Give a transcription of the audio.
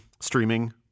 streaming